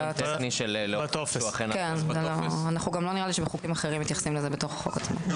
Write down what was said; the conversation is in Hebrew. אני לא חושבת שבחוקים אחרים מתייחסים לזה בתוך החוק עצמו.